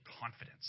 confidence